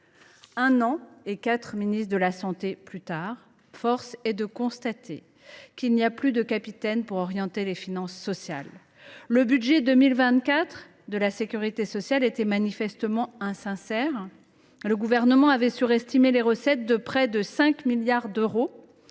Un an et quatre ministres de la santé plus tard, force est de constater qu’il n’y a plus de capitaine pour orienter les finances sociales. Le budget 2024 de la sécurité sociale était manifestement insincère : le Gouvernement avait surestimé les recettes de près de 5 milliards d’euros